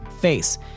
face